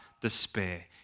despair